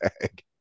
bag